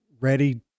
ready